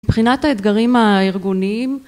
מבחינת האתגרים הארגוניים